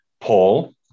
Paul